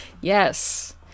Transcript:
Yes